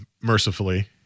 mercifully